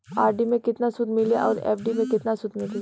RD मे केतना सूद मिली आउर एफ.डी मे केतना सूद मिली?